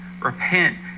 Repent